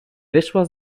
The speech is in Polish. wyszła